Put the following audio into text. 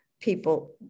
people